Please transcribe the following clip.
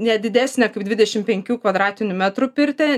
ne didesnė kaip dvidešim penkių kvadratinių metrų pirtį